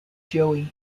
joey